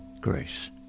grace